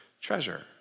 treasure